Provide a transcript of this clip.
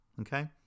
Okay